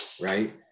right